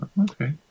Okay